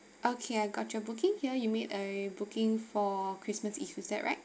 okay I got your booking here you made a booking for christmas eve is that right